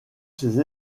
ses